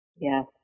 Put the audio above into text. Yes